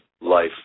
life